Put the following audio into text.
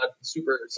super